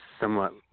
Somewhat